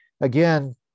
again